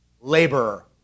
laborer